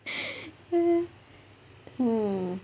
uh hmm